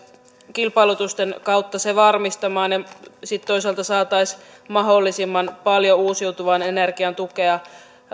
kilpailutusten kautta varmistamaan ettei tule yllättäviä kustannuksia ja sitten toisaalta saataisiin mahdollisimman paljon uusiutuvan energian tukea